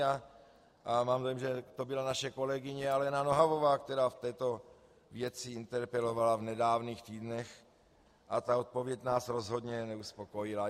A mám dojem, že to byla naše kolegyně Alena Nohavová, která v této věci interpelovala v nedávných týdnech, a ta odpověď nás rozhodně neuspokojila.